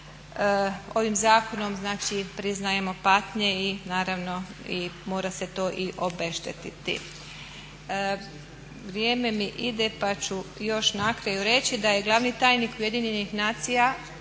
Ovim zakonom znači priznajemo patnje i naravno mora se to obeštetiti. Vrijeme mi ide pa ću još na kraju reći da je glavni tajnik Ujedinjenih naroda